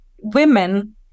women